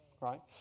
Right